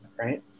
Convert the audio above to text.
right